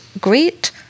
great